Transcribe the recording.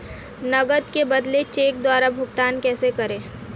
नकद के बदले चेक द्वारा भुगतान कैसे करें?